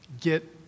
get